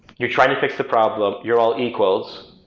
you're trying to fix the problem. you're all equals.